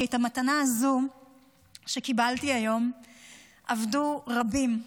כי על המתנה הזו שקיבלתי היום עבדו רבים,